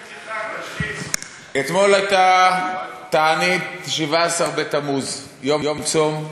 אתמול הייתה תענית י"ז בתמוז, יום צום.